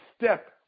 step